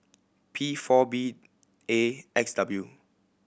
P four B A X W